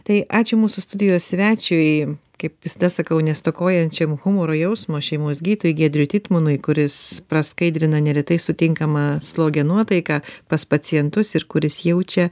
tai ačiū mūsų studijos svečiui kaip visada sakau nestokojančiam humoro jausmo šeimos gydytojui giedriui tytmonui kuris praskaidrina neretai sutinkama slogia nuotaika pas pacientus ir kuris jaučia